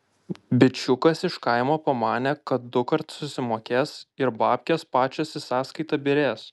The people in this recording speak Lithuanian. bičiukas iš kaimo pamanė kad dukart sumokės ir babkės pačios į sąskaitą byrės